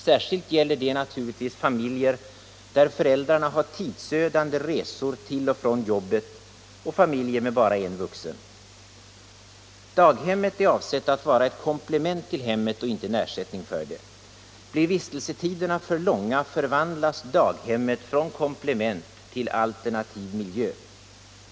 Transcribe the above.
Särskilt gäller det naturligtvis familjer där föräldrarna har tidsödande resor till och från jobbet och familjer med bara en vuxen. Daghemmet är avsett att vara ett komplement till hemmet och inte en ersättning för det. Blir vistelsetiderna för långa förvandlas daghemmet från komplement till alternativ miljö.